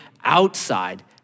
outside